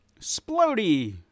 splody